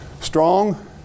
strong